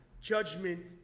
Judgment